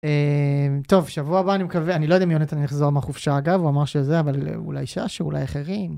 טוב שבוע הבא אני מקווה, אני לא יודע אם יונתן יחזור מהחופשה אגב הוא אמר שזה אבל אולי שש אולי אחרים.